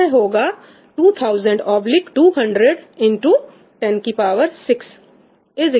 यह होगा 2000200 x 106 10 x 106